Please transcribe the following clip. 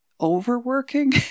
overworking